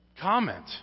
Comment